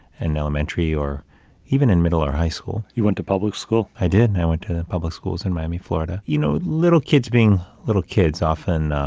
and elementary, elementary, or even in middle or high school. you went to public school? i did. and i went to public schools in miami, florida. you know, little kids being little kids, often,